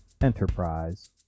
Enterprise